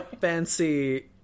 fancy